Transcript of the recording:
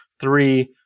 three